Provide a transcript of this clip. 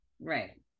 right